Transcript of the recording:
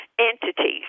entities